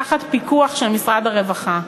תחת פיקוח של משרד הרווחה.